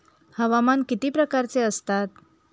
हवामान किती प्रकारचे असतात?